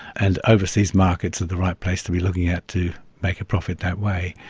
and overseas markets are the right place to be looking at to make a profit that way,